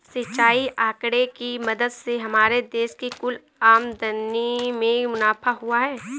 सिंचाई आंकड़े की मदद से हमारे देश की कुल आमदनी में मुनाफा हुआ है